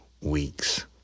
weeks